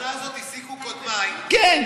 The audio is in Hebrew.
את המסקנה הזאת הסיקו קודמיי, כן.